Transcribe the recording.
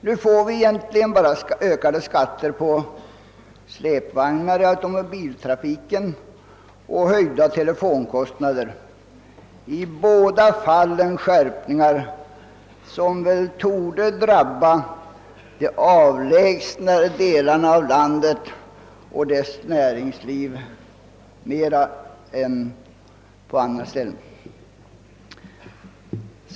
Nu får vi egentligen bara ökad skatt på släpvagnar i biltrafiken samt höjda telefonkostnader, i båda fallen en skärpning som torde komma att drabba de avlägsnare delarna av landet och näringslivet där mer än på andra ställen.